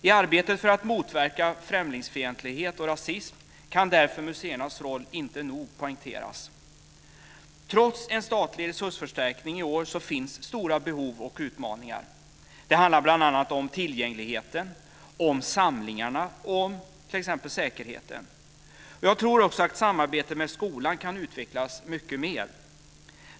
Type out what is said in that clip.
I arbetet för att motverka främlingsfientlighet och rasism kan därför museernas roll inte nog poängteras. Trots en statlig resursförstärkning i år finns stora behov och utmaningar. Det handlar bl.a. om tillgängligheten, samlingarna och säkerheten. Jag tror också att samarbetet med skolan kan utvecklas mycket mer.